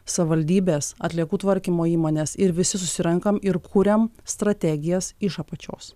savivaldybės atliekų tvarkymo įmonės ir visi susirenkam ir kuriam strategijas iš apačios